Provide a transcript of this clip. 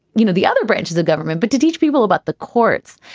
you know, the other branches of government, but to teach people about the courts.